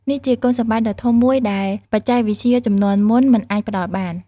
នេះជាគុណសម្បត្តិដ៏ធំមួយដែលបច្ចេកវិទ្យាជំនាន់មុនមិនអាចផ្ដល់បាន។